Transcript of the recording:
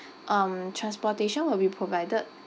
um transportation will be provided